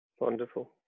wonderful